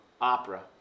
Opera